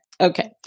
Okay